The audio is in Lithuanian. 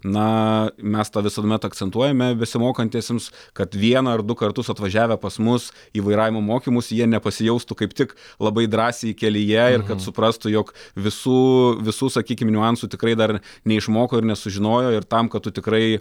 na mes tą visuomet akcentuojame besimokantiesiems kad vieną ar du kartus atvažiavę pas mus į vairavimo mokymus jie nepasijaustų kaip tik labai drąsiai kelyje ir kad suprastų jog visų visų sakykim niuansų tikrai dar neišmoko ir nesužinojo ir tam kad tu tikrai